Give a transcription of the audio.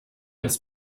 ins